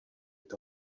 est